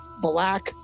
black